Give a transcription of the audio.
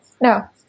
no